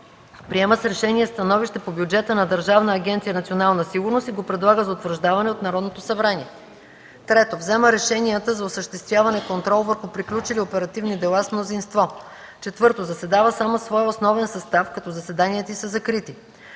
приема с решение становище по бюджета на Държавна агенция „Национална сигурност” и го предлага за утвърждаване от Народното събрание; 3. взема решенията за осъществяване контрол върху приключили оперативни дела с мнозинство; 4. заседава само в своя основен състав, като заседанията й са закрити;